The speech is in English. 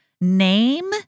name